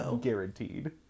guaranteed